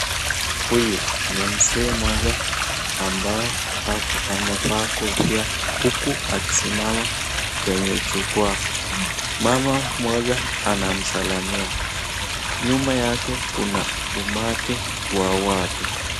Huyu ni mzee mmoja ambaye amevaa kofia huku akisimama kwenye jukwaa. Mama mmoja anamsalimia nyuma yake kuna umati wa watu.